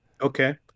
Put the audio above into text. Okay